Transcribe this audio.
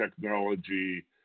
technology